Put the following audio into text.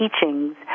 teachings